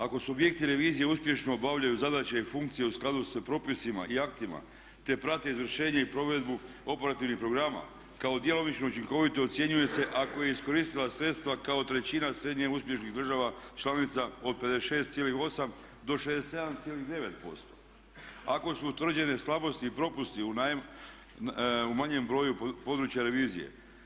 Ako subjekti revizije uspješno obavljaju zadaće i funkcije u skladu sa propisima i aktima te prate izvršenje i provedbu operativnih programa kao djelomično učinkovito ocjenjuje se ako je iskoristila sredstva kao trećina srednje uspješnih država članica od 56,8 do 67,9% ako su utvrđene slabosti i propusti u manjem broju područja revizije.